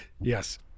Yes